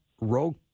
rogue